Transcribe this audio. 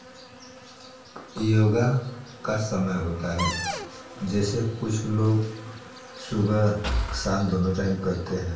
योग का समय होता है जैसे कुछ लोग सुबह शाम दोनों टाइम करते हैं